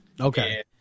Okay